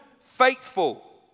faithful